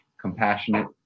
compassionate